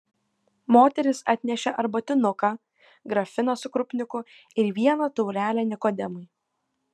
moteris atnešė arbatinuką grafiną su krupniku ir vieną taurelę nikodemui